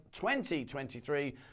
2023